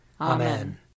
Amen